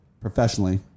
professionally